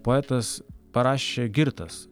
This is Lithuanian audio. poetas parašė girtas